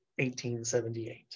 1878